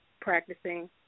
practicing